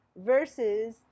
versus